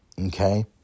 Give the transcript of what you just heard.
okay